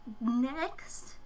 Next